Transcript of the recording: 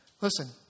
Listen